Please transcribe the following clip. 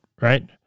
right